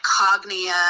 Cognia